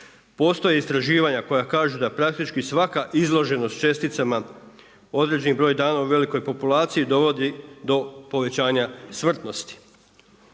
Postoje istraživanja koja kažu da praktički svaka izloženost česticama određeni broj dana u velikoj populaciji dovodi po povećanja smrtnosti.